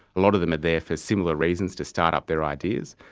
a lot of them are there for similar reasons, to start up their ideas,